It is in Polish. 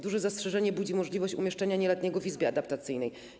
Duże zastrzeżenie budzi możliwość umieszczenia nieletniego w izbie adaptacyjnej.